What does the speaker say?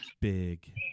big